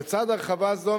לצד הרחבה זו,